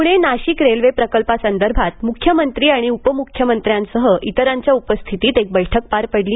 प्णे नाशिक रेल्वे प्रकल्पासंदर्भात मुख्यमंत्री आणि उपमुख्यमंत्र्यांसह इतरांच्या उपस्थितीत एक बैठक पार पडली